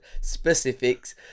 specifics